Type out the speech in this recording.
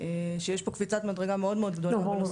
שיש פה קפיצת מדרגה מאוד מאוד גדולה בנושא.